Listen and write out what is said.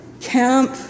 Camp